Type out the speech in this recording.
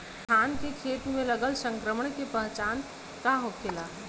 धान के खेत मे लगल संक्रमण के पहचान का होखेला?